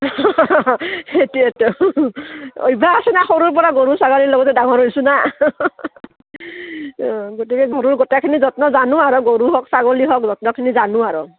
সেইটোৱেতো অভ্যাস আছে ন সৰুৰ পৰা গৰু ছাগলীৰ লগতে ডাঙৰ হৈছোঁ না গতিকে গৰুৰ গোটেইখিনি যত্ন জানো আৰু গৰু হওক ছাগলী হওক যত্নখিনি জানো আৰু